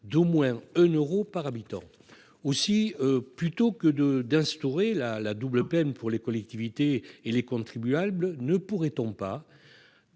d'au moins un euro par habitant. Aussi, plutôt que d'instaurer la double peine pour les collectivités et pour les contribuables, ne pourrait-on pas